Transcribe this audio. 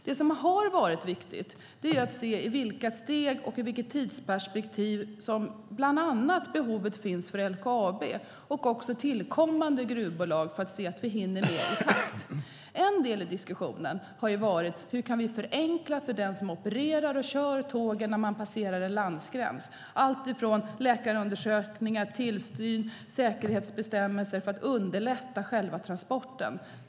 Det som har varit viktigt är att se i vilka steg och vilket tidsperspektiv som behovet finns för bland annat LKAB och tillkommande gruvbolag för att se att vi hinner med. En del i diskussionen har varit: Hur kan vi förenkla för operatören och den som kör tågen när man passerar en landgräns? Det är alltifrån läkarundersökningar, tillsyn och säkerhetsbestämmelser för att underlätta själva transporten.